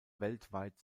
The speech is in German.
weltweit